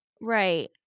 right